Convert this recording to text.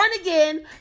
again